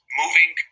moving